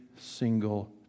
single